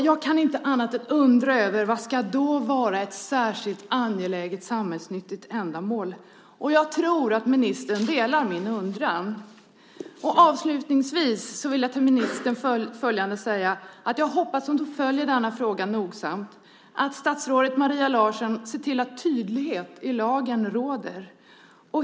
Jag kan inte annat än undra över vad som då ska vara ett särskilt angeläget samhällsnyttigt ändamål, och jag tror att ministern delar min undran. Avslutningsvis vill jag säga följande till ministern. Jag hoppas att hon följer denna fråga nogsamt, att statsrådet Maria Larsson ser till att tydlighet i lagen råder.